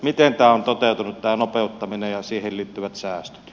miten on toteutunut tämä nopeuttaminen ja siihen liittyvät säästöt